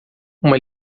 uma